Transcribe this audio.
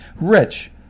rich